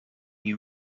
you